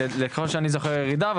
לפי מה שאני זוכר הייתה ירידה,